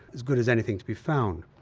as good as anything to be found.